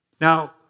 Now